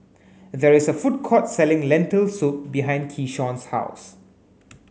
there is a food court selling Lentil soup behind Keyshawn's house